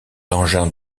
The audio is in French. engins